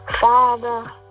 Father